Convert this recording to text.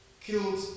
killed